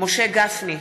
משה גפני,